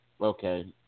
Okay